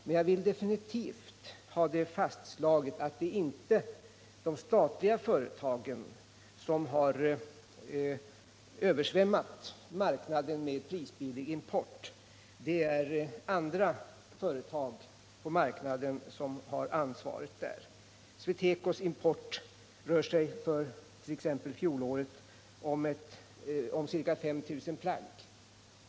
Men jag vill definitivt ha fastslaget att det inte är de statliga företagen som har översvämmat marknaden med prisbillig import, utan att det är andra företag på marknaden som bär ansvaret. SweTecos import för t.ex. fjolåret rör sig om ca 5 000 plagg.